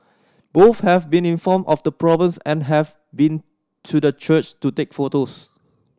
both have been informed of the problems and have been to the church to take photos